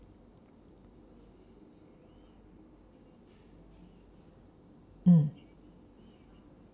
mm